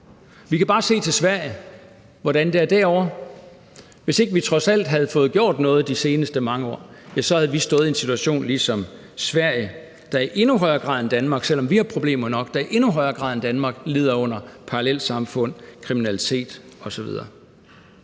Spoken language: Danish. Vi kan bare se til Sverige, hvordan det er derovre. Hvis ikke vi trods alt havde fået gjort noget de seneste mange år, ja, så havde vi stået i en situation ligesom Sverige, der i endnu højere grad end Danmark – selv om vi har problemer nok – lider under parallelsamfund, kriminalitet osv.